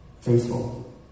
Faithful